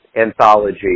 anthology